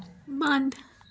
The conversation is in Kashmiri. بنٛد